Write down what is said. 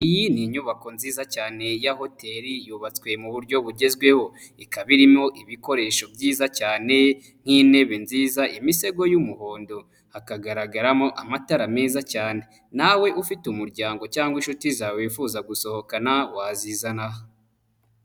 Iyi ni inyubako nziza cyane ya hoteri yubatswe mu buryo bugezweho, ikaba irimo ibikoresho byiza cyane nk'intebe nziza, imisego y'umuhondo, hakagaragaramo amatara meza cyane, nawe ufite umuryango cyangwa inshuti zawe wifuza gusohokana wazizana aha.